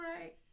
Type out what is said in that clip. right